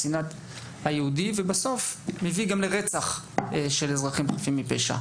לשנאת העם היהודי ובסוף גם לרצח של אזרחים חפים מפשע,